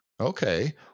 Okay